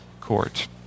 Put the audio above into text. court